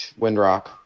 Windrock